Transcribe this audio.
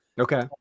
Okay